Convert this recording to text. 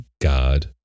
God